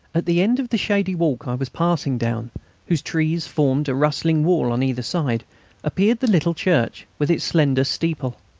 at the end of the shady walk i was passing down whose trees formed a rustling wall on either side appeared the little church, with its slender steeple.